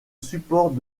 support